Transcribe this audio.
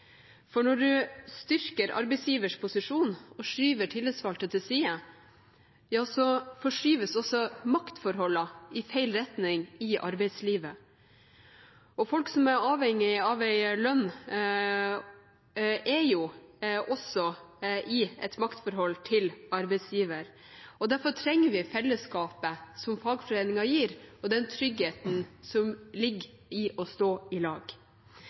for når man styrker arbeidsgivers posisjon og skyver tillitsvalgte til side, så forskyves også maktforholdene i feil retning i arbeidslivet. Folk som er avhengige av en lønn, er også i et maktforhold til arbeidsgiver, og derfor trenger vi fellesskapet som fagforeningen gir, og den tryggheten som ligger i å stå i lag.